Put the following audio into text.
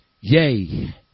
yea